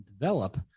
develop